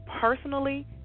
personally